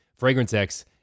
FragranceX